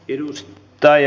pienuus tai